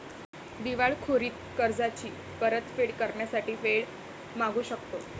दिवाळखोरीत कर्जाची परतफेड करण्यासाठी वेळ मागू शकतो